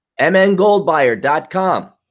MNGoldbuyer.com